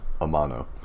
Amano